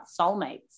soulmates